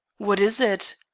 what is it?